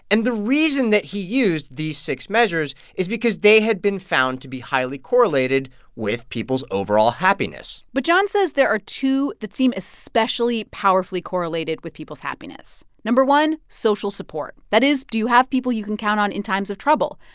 and the reason that he used these six measures is because they had been found to be highly correlated with people's overall happiness but john says there are two that seem especially powerfully correlated with people's happiness. no. one, social support that is, do you have people you can count on in times of trouble?